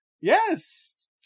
Yes